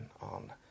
on